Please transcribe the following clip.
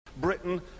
Britain